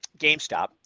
GameStop